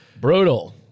Brutal